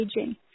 aging